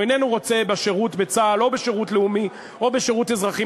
או שאיננו רוצה בשירות בצה"ל או בשירות לאומי או בשירות אזרחי,